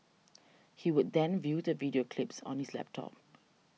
he would then view the video clips on his laptop